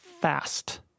fast